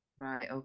Right